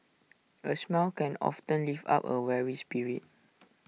A smile can often lift up A weary spirit